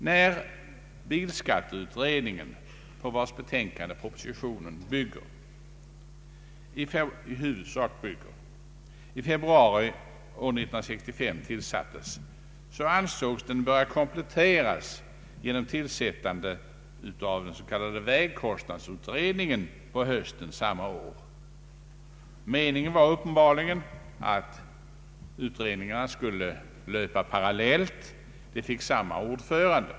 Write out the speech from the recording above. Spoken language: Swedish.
När bilskatteutredningen, på vars betänkande propositionen i huvudsak bygger, i februari år 1965 tillsattes, ansågs den böra kompletteras genom tillsättande av den s.k. vägkostnadsutredningen på hösten samma år. Meningen var uppenbarligen att utredningarna skulle löpa parallellt. De fick samma ordförande.